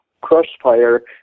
crossfire